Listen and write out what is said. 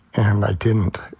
and i didn't